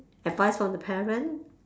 advice from the parent